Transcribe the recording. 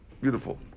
beautiful